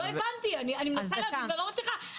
אני מנסה להבין ואני לא מצליחה.